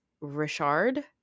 Richard